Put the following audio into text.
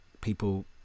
people